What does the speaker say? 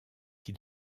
qui